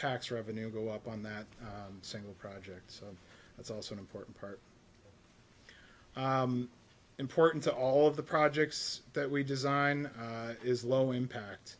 tax revenue go up on that single project so that's also an important part important to all of the projects that we design is low impact